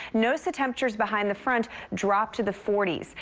notice the temperatures behind the front drop to the forty s.